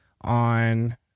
on